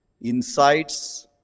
insights